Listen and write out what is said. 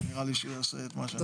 נראה לי שהוא יעשה את מה שצריך.